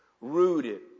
rooted